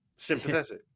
Sympathetic